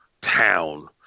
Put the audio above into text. town